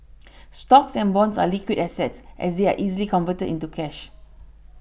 stocks and bonds are liquid assets as they are easily converted into cash